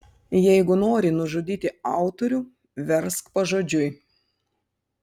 jeigu nori nužudyti autorių versk pažodžiui